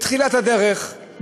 בתחילת הדרך,